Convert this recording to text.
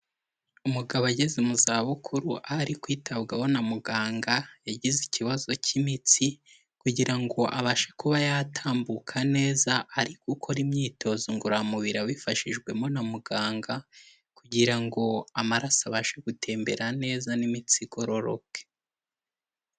Umugabo ageze mu za bukuru aho ari kwitabwaho na muganga yagize ikibazo cy'imitsi kugira ngo abashe kuba yatambuka neza, ari gukora imyitozo ngororamubiri abifashijwemo na muganga kugira ngo amaraso abashe gutembera neza n'imitsi igororoke.